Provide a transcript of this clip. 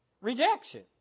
Rejection